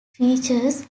features